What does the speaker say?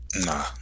nah